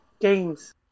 games